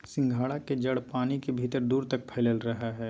सिंघाड़ा के जड़ पानी के भीतर दूर तक फैलल रहा हइ